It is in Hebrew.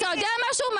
התקבלה בקשה מיושב ראש